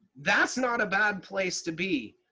that's not a bad place to be.